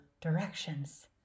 directions